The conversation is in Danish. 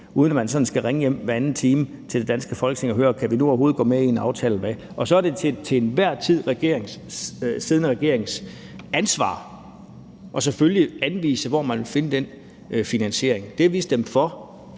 uden at man sådan skal ringe hjem hver anden time til det danske for at høre, om vi nu overhovedet kan gå med i en aftale om det. Og så er det selvfølgelig den til enhver tid siddende regerings ansvar at anvise, hvor man vil finde den finansiering. Det, vi stemte for,